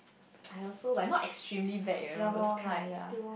I also like not extremely bad you know those kind ya